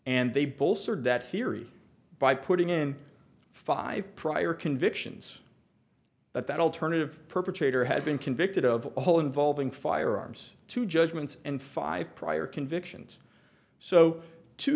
and they both served that theory by putting in five prior convictions but that alternative perpetrator had been convicted of a whole involving firearms two judgments and five prior convictions so two